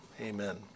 Amen